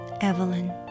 Evelyn